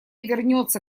вернется